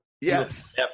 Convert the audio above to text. Yes